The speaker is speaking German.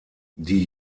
die